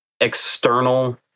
external